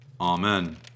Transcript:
Amen